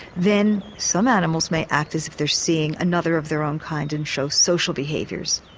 then some animals may act as if they're seeing another of their own kind and show social behaviours.